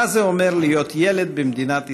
מה זה אומר להיות ילד במדינת ישראל.